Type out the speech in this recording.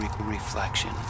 reflection